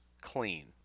clean